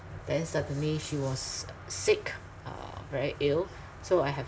then suddenly she was sick uh very ill so I have